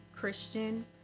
christian